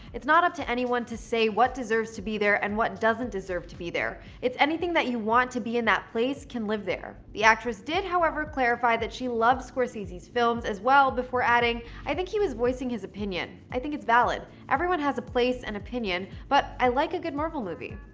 it's not up to anyone to say what deserves to be there and what doesn't deserve to be there. it's anything that you want to be in that place can live there. the actress did however clarify that she loves scorsese's films as well, before adding, i think he was voicing his opinion. i think it's valid. everyone has a place, an and opinion, but i like a good marvel movie.